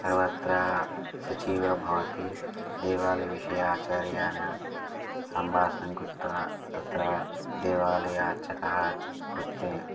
सर्वत्र शुचिः इव भवति देवालयविषये आचार्येन सम्भाषणं कृत्वा तत्र देवालयार्चकान् कृत्वा